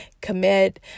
commit